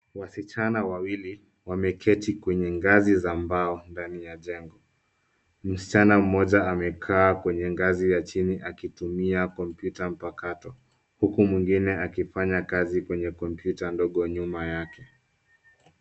Wasichana wawili wameketi kwenye ngazi za mbao ndani ya jengo. Msichana mmoja amekaa kwenye ngazi ya chini akitumia kompyuta mpakato huku mwingine akifanya kazi kwenye kompyuta ndogo nyuma yake.